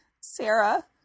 Sarah